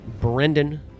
Brendan